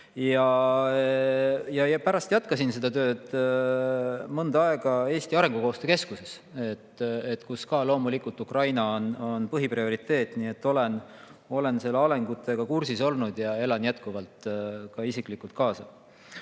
Ja pärast jätkasin seda tööd mõnda aega Eesti arengukoostöö keskuses, kus ka loomulikult Ukraina on põhiprioriteet. Nii et olen nende arengutega kursis olnud ja elan jätkuvalt ka isiklikult kaasa.